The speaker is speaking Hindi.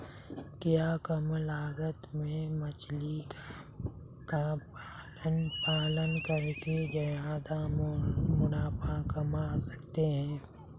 क्या कम लागत में मछली का पालन करके ज्यादा मुनाफा कमा सकते हैं?